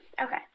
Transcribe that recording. Okay